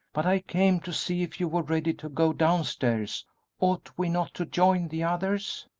but i came to see if you were ready to go downstairs ought we not to join the others?